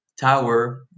tower